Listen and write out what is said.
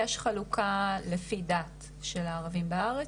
ישנה חלוקה על פי דת של הערבים בארץ,